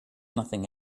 nothing